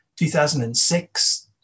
2006